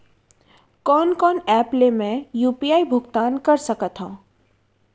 कोन कोन एप ले मैं यू.पी.आई भुगतान कर सकत हओं?